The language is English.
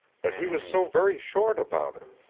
but he was so very short about it.